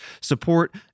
support